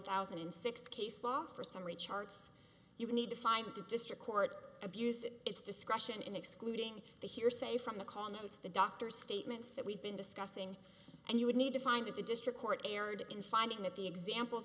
thousand and six case law for some recharges you need to find the district court abuse its discretion in excluding the hearsay from the kongs the doctor's statements that we've been discussing and you would need to find that the district court erred in finding that the example